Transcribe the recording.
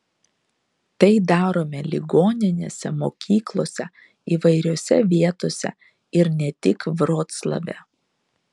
tai darome ligoninėse mokyklose įvairiose vietose ir ne tik vroclave